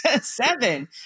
seven